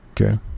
Okay